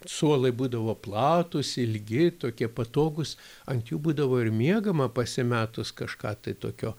suolai būdavo platūs ilgi tokie patogūs ant jų būdavo ir miegama pasimetus kažką tai tokio